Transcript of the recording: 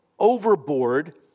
Overboard